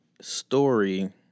story